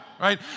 right